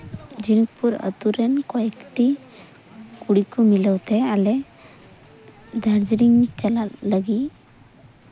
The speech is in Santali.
ᱡᱷᱤᱱᱩᱠᱯᱩᱨ ᱟᱹᱛᱩ ᱨᱮᱱ ᱠᱚᱭᱮᱠᱴᱤ ᱠᱩᱲᱤ ᱠᱚ ᱢᱤᱞᱟᱹᱣ ᱛᱮ ᱟᱞᱮ ᱫᱟᱨᱡᱤᱞᱤᱝ ᱪᱟᱞᱟᱜ ᱞᱟᱹᱜᱤᱫ